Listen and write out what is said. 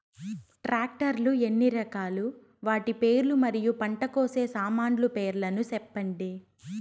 Tractor లు ఎన్ని రకాలు? వాటి పేర్లు మరియు పంట కోసే సామాన్లు పేర్లను సెప్పండి?